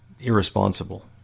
irresponsible